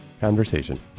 conversation